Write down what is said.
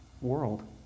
world